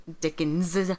dickens